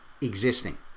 existing